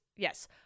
Yes